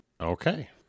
Okay